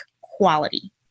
quality